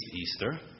Easter